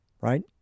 right